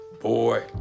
Boy